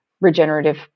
regenerative